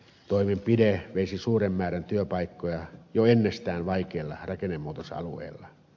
toimenpide veisi suuren määrän työpaikkoja jo ennestään vaikealla rakennemuutosalueella